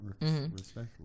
respectfully